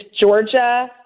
Georgia